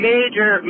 Major